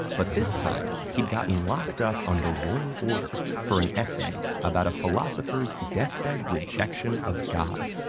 but this time, he'd gotten locked up under royal order for an essay about a philosopher's death bed rejection of god.